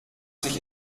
sich